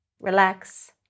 Relax